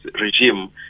regime